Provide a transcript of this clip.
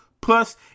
plus